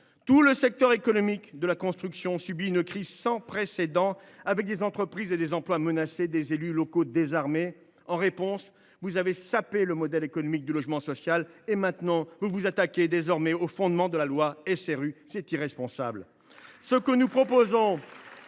Tout le secteur économique de la construction subit une crise sans précédent : des entreprises et des emplois menacés, des élus locaux désarmés. En réponse, vous avez sapé le modèle économique du logement social. Et à présent, vous vous attaquez aux fondements de la loi SRU. C’est irresponsable